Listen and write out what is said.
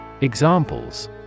Examples